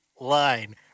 line